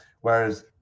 Whereas